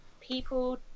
people